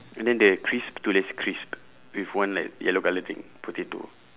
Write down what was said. and then the crisp tulis crisp with one like yellow colour thing potato